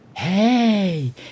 Hey